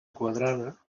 quadrada